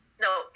No